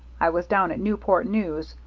i was down at newport news,